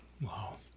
Wow